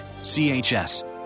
CHS